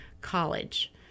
college